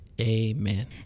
Amen